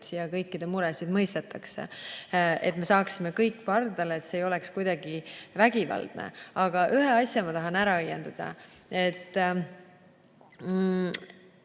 kõikide muresid mõistetakse, et me saaksime kõik pardale nii, et see ei oleks kuidagi vägivaldne. Aga ühe asja ma tahan ära õiendada.